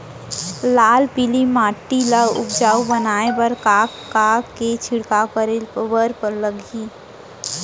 लाल पीली माटी ला उपजाऊ बनाए बर का का के छिड़काव करे बर लागही?